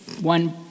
one